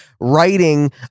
writing